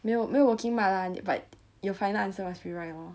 没有没有 working mark lah but your final answer must be right lor